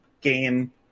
game